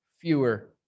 fewer